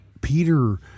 Peter